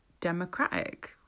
democratic